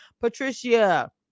Patricia